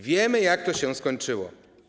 Wiemy, jak to się skończyło.